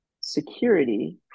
security